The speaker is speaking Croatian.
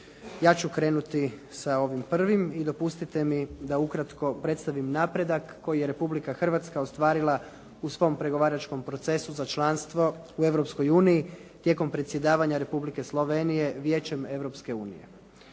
Ja ću krenuti sa ovim prvim i dopustite mi da ukratko predstavim napredak koji je Republika Hrvatska ostvarila u svom pregovaračkom procesu za članstvo u Europskoj uniji tijekom predsjedavanja Republike Slovenije Vijećem